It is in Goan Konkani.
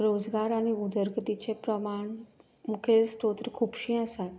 रोजगार आनी उदरगतीचे प्रमाण मुखेल स्तोत्र खूबशीं आसात